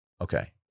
Okay